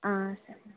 సరేనండి